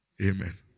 Amen